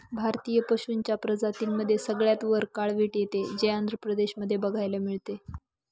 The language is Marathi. भारतीय पशूंच्या प्रजातींमध्ये सगळ्यात वर काळवीट येते, जे आंध्र प्रदेश मध्ये बघायला मिळते